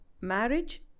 marriage